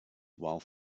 while